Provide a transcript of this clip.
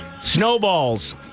Snowballs